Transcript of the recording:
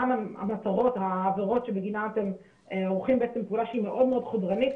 מהן העבירות שבגינן אתם עורכים פעולה שהיא מאוד מאוד חודרנית,